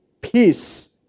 peace